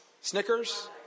Snickers